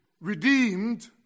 redeemed